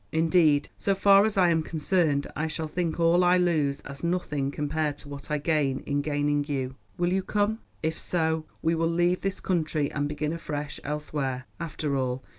indeed, so far as i am concerned, i shall think all i lose as nothing compared to what i gain in gaining you. will you come? if so, we will leave this country and begin afresh elsewhere. after all,